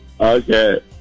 okay